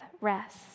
rest